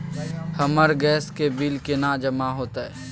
हमर गैस के बिल केना जमा होते?